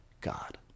God